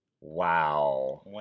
Wow